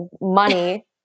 money